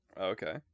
Okay